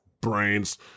Brains